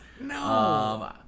No